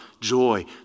joy